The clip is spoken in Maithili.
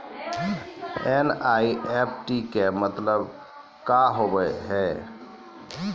एन.ई.एफ.टी के मतलब का होव हेय?